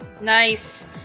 Nice